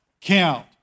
count